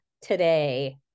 today